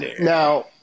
Now